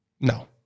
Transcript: No